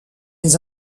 les